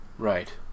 Right